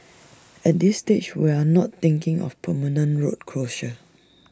at this stage we are not thinking of permanent road closure